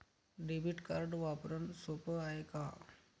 Debit card वापरणं सोप हाय का?